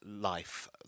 life